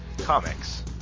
Comics